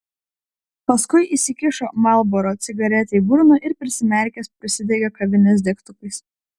paskui įsikišo marlboro cigaretę į burną ir prisimerkęs prisidegė kavinės degtukais